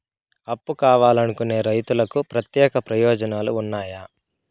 అప్పు కావాలనుకునే రైతులకు ప్రత్యేక ప్రయోజనాలు ఉన్నాయా?